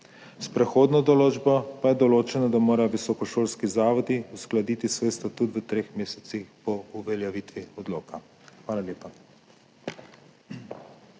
S prehodno določbo pa je določeno, da morajo visokošolski zavodi uskladiti svoj statut v treh mesecih po uveljavitvi odloka. Hvala lepa.